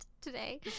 today